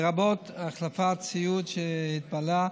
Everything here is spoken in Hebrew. לרבות החלפת ציוד שהתבלה,